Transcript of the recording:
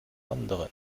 anderen